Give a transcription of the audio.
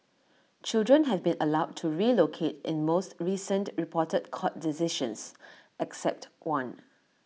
children have been allowed to relocate in most recent reported court decisions except one